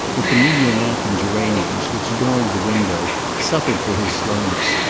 that the mignonette and geraniums, which adorned the window, suffered for his slowness,